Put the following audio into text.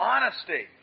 Honesty